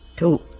to